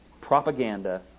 propaganda